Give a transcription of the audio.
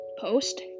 post